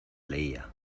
leía